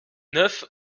neuf